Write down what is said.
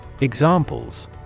Examples